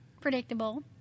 predictable